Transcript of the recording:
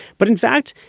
but in fact,